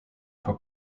for